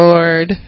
Lord